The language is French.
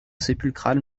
sépulcrale